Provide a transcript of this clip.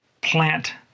plant